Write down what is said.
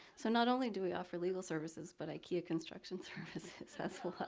so not only do we offer legal services, but ikea construction services as well.